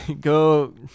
go